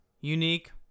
unique